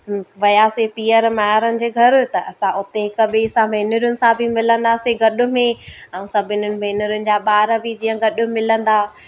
वियासीं पीअर माउरनि जे घर त असां उते हिक ॿिए सां भेनरुनि सां बि मिलंदासीं गॾ में ऐं सभिनीनि भेनरुनि जा ॿार बि जीअं गॾु मिलंदा